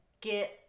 get